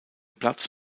platz